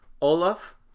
Olaf